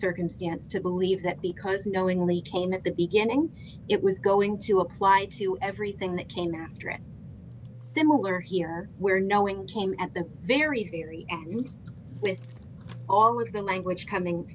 circumstance to believe that because knowingly came at the beginning it was going to apply to everything that came after a similar here where knowing him at the very very least with all of the language coming